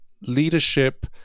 leadership